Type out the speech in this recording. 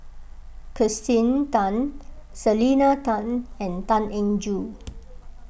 Kirsten Tan Selena Tan and Tan Eng Joo